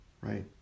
right